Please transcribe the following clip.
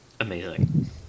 Amazing